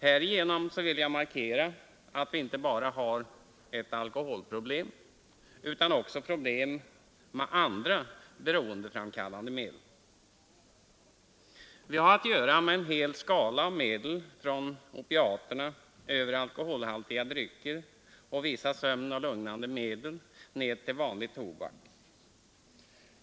Härigenom vill jag markera att vi har inte bara ett alkoholproblem utan också problem med andra beroendeframkallande medel. Vi har att göra med en hel skala av medel från opiaterna över alkoholhaltiga drycker och vissa sömnmedel och lugnande medel ned till vanlig tobak.